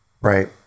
Right